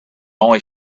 only